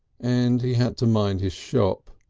and he had to mind his shop.